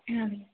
ਹਾਂ